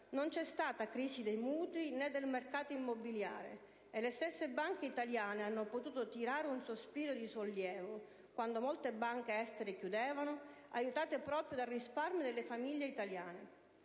non c'è stata crisi dei mutui, né del mercato immobiliare. E le stesse banche italiane hanno potuto tirare un sospiro di sollievo, quando molte banche estere chiudevano, aiutate proprio dal risparmio delle famiglie italiane.